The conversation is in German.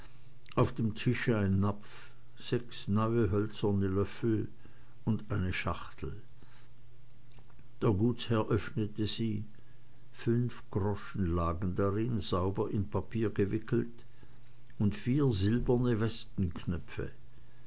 auf dem tische ein napf sechs neue hölzerne löffel und eine schachtel der gutsherr öffnete sie fünf groschen lagen darin sauber in papier gewickelt und vier silberne